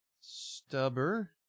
Stubber